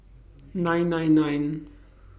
nine nine nine